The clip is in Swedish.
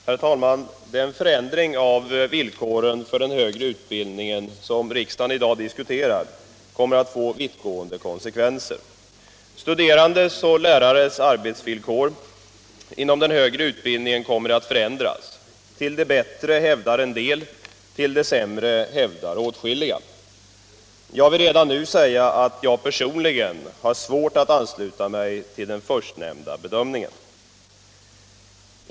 Herr talman! Den förändring av villkoren för den högre utbildningen som riksdagen i dag diskuterar kommer att få vittgående konsekvenser. Studerandes och lärares arbetsvillkor inom den högre utbildningen kommer att förändras — till det bättre hävdar en del, till det sämre hävdar åtskilliga. Jag vill redan nu säga att jag personligen har svårt att ansluta mig till den förstnämnda bedömningen.